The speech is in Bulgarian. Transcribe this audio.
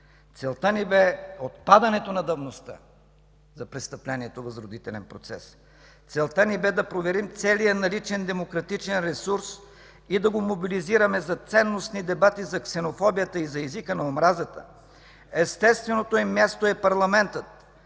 Целта ни бе отпадането на давността за престъплението възродителен процес. Целта ни бе да проверим целия наличен демократичен ресурс и да го мобилизираме за ценностни дебати за ксенофобията и за езика на омразата. Естественото им място е парламентът.